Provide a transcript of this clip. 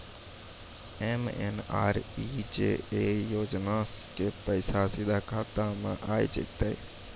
MNREGA योजना के पैसा सीधा खाता मे आ जाते?